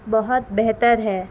بہت بہتر ہے